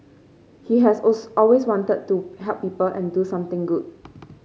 he has also always wanted to help people and do something good